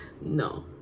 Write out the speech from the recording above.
no